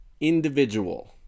individual